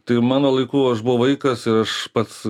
tai mano laikų aš buvau vaikas ir aš pats